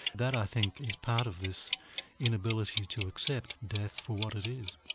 that i think is part of this inability to accept death for what it is.